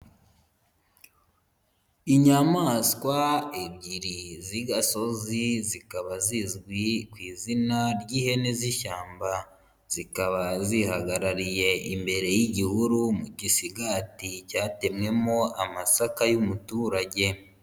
Inyamaswa ebyiri z'igasozi zikaba zizwi ku izina ry'ihene z'ishyamba, zikaba zihagarariye imbere y'igihuru mu gisigati cyatemwemo amasaka y'umuturage.